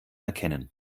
erkennen